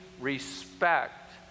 respect